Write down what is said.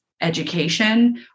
education